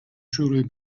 truly